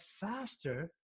faster